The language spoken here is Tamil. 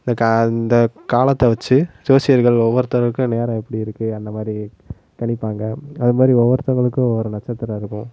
இந்த க இந்த காலத்தை வச்சு ஜோசியர்கள் ஒவ்வொருத்தருக்கும் நேரம் எப்படி இருக்குது அந்த மாதிரி கணிப்பாங்க அது மாதிரி ஒவ்வொருத்தவர்களுக்கும் ஒவ்வொரு நட்சத்திரம் இருக்கும்